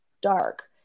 dark